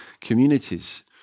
communities